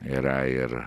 yra ir